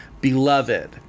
Beloved